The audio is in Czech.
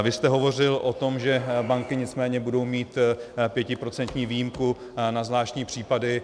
Vy jste hovořil o tom, že banky nicméně budou mít pětiprocentní výjimku na zvláštní případy.